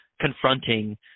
confronting